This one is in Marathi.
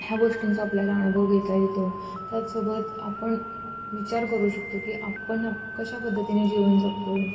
ह्या गोष्टींचा आपल्याला अनुभव घेता येतो त्याचसोबत आपण विचार करू शकतो की आपण कशा पद्धतीने जीवन जगतो